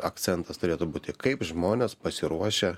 akcentas turėtų būti kaip žmonės pasiruošę